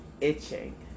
itching